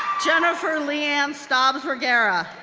jennifer lee-ann stobbs-vergara,